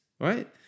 right